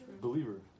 Believer